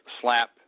slap